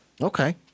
Okay